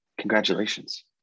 congratulations